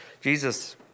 Jesus